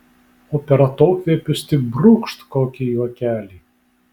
o per atokvėpius tik brūkšt kokį juokelį